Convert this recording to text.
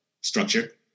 structure